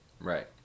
Right